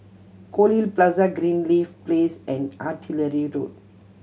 Goldhill Plaza Greenleaf Place and Artillery Road